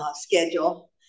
schedule